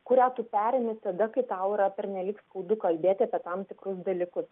kurią tu perimi tada kai tau yra pernelyg skaudu kalbėti apie tam tikrus dalykus